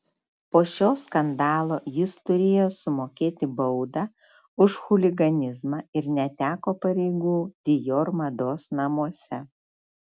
po šio skandalo jis turėjo sumokėti baudą už chuliganizmą ir neteko pareigų dior mados namuose